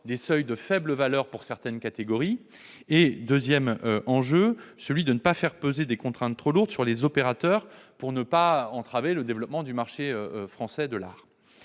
des seuils bas pour certaines catégories, et ne pas faire peser des contraintes trop lourdes sur les opérateurs, pour ne pas entraver le développement du marché français de l'art.